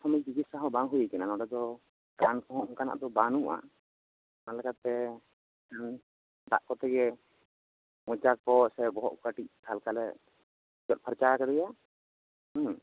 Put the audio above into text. ᱯᱨᱟᱛᱷᱚᱢᱤᱠ ᱪᱤᱠᱤᱥᱟ ᱦᱚᱸ ᱵᱟᱝ ᱦᱩᱭ ᱟᱠᱟᱱᱟ ᱱᱚᱰᱮ ᱫᱚ ᱨᱟᱱ ᱠᱚᱦᱚᱸ ᱚᱱᱠᱟᱱᱟᱜ ᱫᱚ ᱵᱟᱹᱱᱩᱜᱼᱟ ᱚᱱᱟ ᱞᱮᱠᱟᱛᱮ ᱫᱟᱜ ᱠᱚ ᱛᱮᱜᱮ ᱢᱚᱪᱟ ᱠᱚ ᱥᱮ ᱵᱚᱦᱚᱜ ᱠᱚ ᱠᱟᱹᱴᱤᱡ ᱦᱟᱞᱠᱟ ᱞᱮ ᱡᱚᱫ ᱯᱷᱟᱨᱪᱟ ᱟᱠᱟᱫᱮᱭᱟ